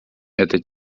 это